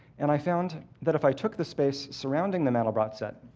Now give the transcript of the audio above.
and i found that if i took the space surrounding the mandelbrot set,